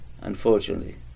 unfortunately